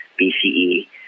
BCE